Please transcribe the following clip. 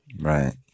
Right